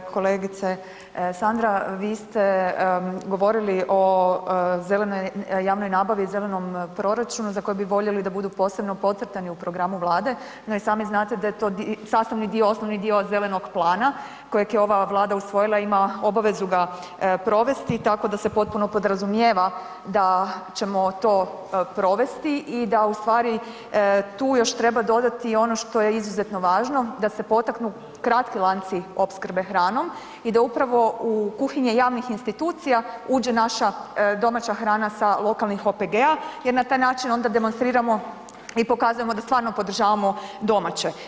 Kolegice Sandra, vi ste govorili o zelenoj javnoj nabavi, zelenom proračunu za koji bi voljeli da budu posebno podcrtani u programu Vlade, no i sami znate da je to sastavni dio, osnovni dio zelenog plana kojeg je ova Vlada usvojila i ima obavezu ga provesti, tako da se potpuno podrazumijeva da ćemo to provesti i da ustvari tu još treba dodati i ono što je izuzetno važno, da se potaknu kratki lanci opskrbe hranom i da upravo u kuhinje javnih institucija uđe naša domaća hrana sa lokalnih OPG-a jer na taj način onda demonstriramo i pokazujemo da stvarno podržavamo domaće.